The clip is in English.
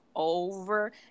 Over